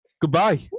Goodbye